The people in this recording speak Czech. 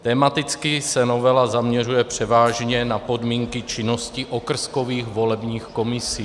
Tematicky se novela zaměřuje převážně na podmínky činnosti okrskových volebních komisí.